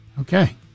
Okay